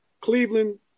Cleveland